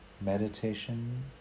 meditation